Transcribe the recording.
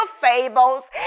fables